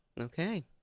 Okay